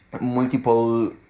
multiple